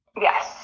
yes